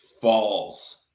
falls